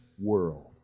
world